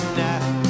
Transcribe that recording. night